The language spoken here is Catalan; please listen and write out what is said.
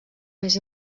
més